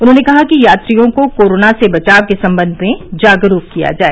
उन्होंने कहा कि यात्रियों को कोरोना से बचाव के सम्बंध में जागरूक किया जाए